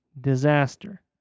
disaster